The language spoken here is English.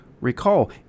Recall